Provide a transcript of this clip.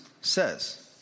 says